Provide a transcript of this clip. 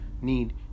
need